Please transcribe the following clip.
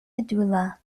medulla